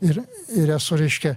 ir ir esu reiškia